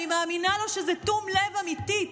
אני מאמינה לו שזה תום לב אמיתי,